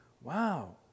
Wow